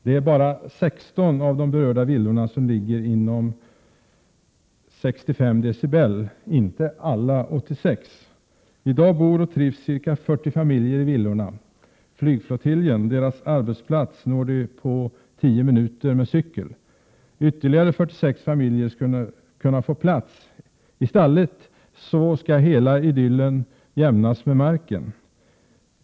Det är bara 16 av de berörda villorna som ligger inom ett område där bullret uppmätts till 65 decibel, inte alla 86. I dag bor och trivs ca 40 familjer i villorna. Flygflottiljen, deras arbetsplats, når de på 10 minuter på cykel. Ytterligare 46 familjer skulle kunna få plats. I stället skall hela idyllen jämnas med marken.